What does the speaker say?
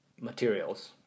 materials